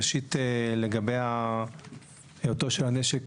ראשית לגבי היותו של הנשק,